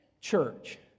church